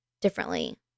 differently